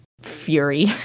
fury